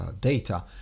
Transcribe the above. data